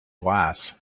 glass